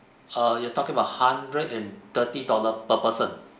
uh you talking about hundred and thirty dollar per person